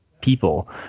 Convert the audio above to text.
people